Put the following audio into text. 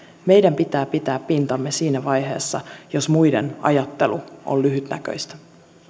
meidän pitää pitää pintamme siinä vaiheessa jos muiden ajattelu on lyhytnäköistä